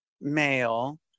male